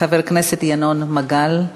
חבר הכנסת ינון מגל.